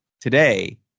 today